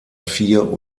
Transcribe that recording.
vier